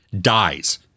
dies